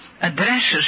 addresses